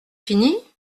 fini